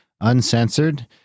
uncensored